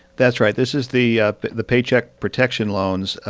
that's right. this is the ah the paycheck protection loans.